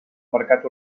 mercat